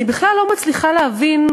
אני בכלל לא מצליחה להבין,